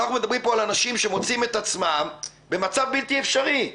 אנחנו מדברים פה על האנשים שמוצאים את עצמם במצב בלתי אפשרי,